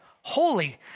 holy